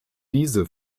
diese